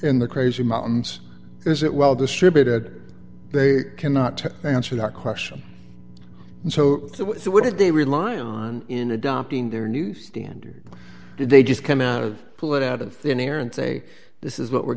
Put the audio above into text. in the crazy mountains is it well distributed they can not to answer that question and so what did they rely on in adopting their new standard did they just come out of put out of thin air and say this is what we're